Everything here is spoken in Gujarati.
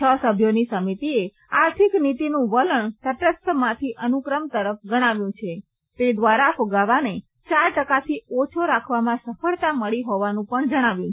છ સભ્યોની સમિતિએ આર્થિક નીતિનું વલણ તટસ્થમાંથી અનુક્રમ તરફ ગણાવ્યું છે તે દ્વારા ફ઼ગાવાને ચાર ટકાથી ઓછો રાખવામાં સફળતા મળી હોવાનું પણ જણાવ્યું છે